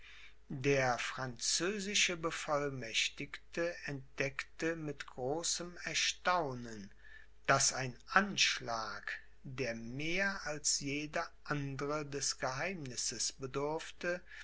der französische bevollmächtigte entdeckte mit großem erstaunen daß ein anschlag der mehr als jeder andre des geheimnisses bedurfte